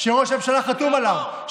שראש הממשלה חתום עליו,